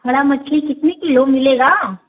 खड़ा मछली कितने किलो मिलेगा